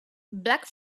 black